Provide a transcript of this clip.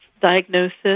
diagnosis